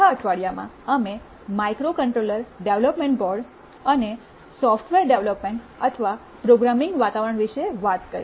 ચોથા અઠવાડિયામાં અમે માઇક્રોકન્ટ્રોલર ડેવલપમેન્ટ બોર્ડ અને સોફ્ટવેર ડેવલપમેન્ટ અથવા પ્રોગ્રામિંગ વાતાવરણ વિશે વાત કરી